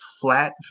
flat